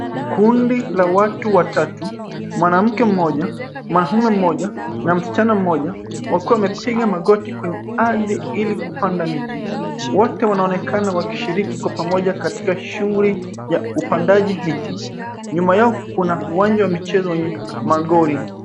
Kundi la watu watatu. Mwanamke mmoja, mwanamme mmoja na msichana mmoja wakiwa wamepiga magoti kwenye ardhi ili kupanda miti. Wote wanaonekana wakishiriki kwa pamoja katika shughuli ya upandaji miti. Nyuma yao kuna uwanja wa michezo wenye magoli.